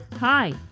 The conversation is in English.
Hi